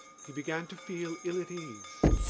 he began to feel ill at ease.